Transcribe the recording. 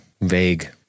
Vague